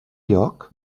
lloc